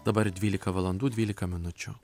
dabar dvylika valandų dvylika minučių